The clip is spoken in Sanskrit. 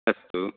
अस्तु